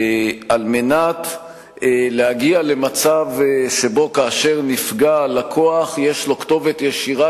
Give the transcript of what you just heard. על מנת להגיע למצב שבו כאשר נפגע הלקוח יש לו כתובת ישירה,